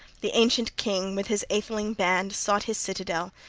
the ancient king with his atheling band sought his citadel,